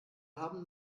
haben